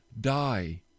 die